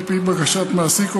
על פי בקשת מעסיק,